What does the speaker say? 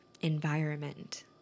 environment